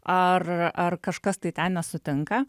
ar ar kažkas tai ten nesutinka